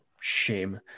shame